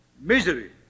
misery